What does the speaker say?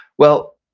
well,